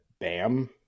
Bam